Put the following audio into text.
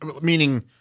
meaning